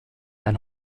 ein